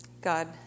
God